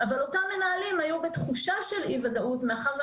אותם מוסדות שנפתחו גם נשלחו אליהם